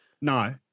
No